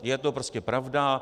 Je to prostě pravda.